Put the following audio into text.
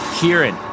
Kieran